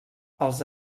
els